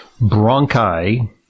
bronchi